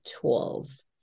tools